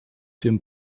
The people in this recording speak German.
dem